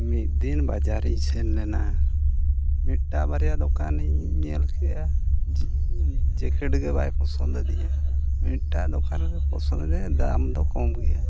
ᱢᱤᱫ ᱫᱤᱱ ᱵᱟᱡᱟᱨ ᱤᱧ ᱥᱮᱱ ᱞᱮᱱᱟ ᱢᱤᱫᱴᱟᱝ ᱵᱟᱨᱭᱟ ᱫᱳᱠᱟᱱᱤᱧ ᱧᱮᱞ ᱠᱮᱜᱼᱟ ᱡᱮᱠᱮᱴ ᱜᱮ ᱵᱟᱭ ᱯᱚᱥᱚᱫ ᱟᱹᱫᱤᱧᱟ ᱢᱤᱫᱴᱟᱝ ᱫᱳᱠᱟᱱ ᱨᱮᱫᱚ ᱯᱚᱥᱚᱱᱫ ᱟᱹᱫᱤᱧᱟ ᱫᱟᱢ ᱫᱚ ᱠᱚᱢ ᱜᱮᱭᱟ